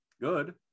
good